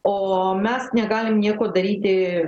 o mes negalim nieko daryti